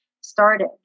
started